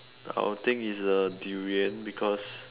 I will think is a durian because